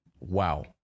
wow